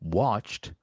watched